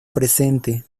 presente